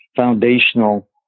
foundational